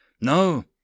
No